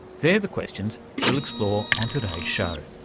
they're the questions we'll explore on today's show.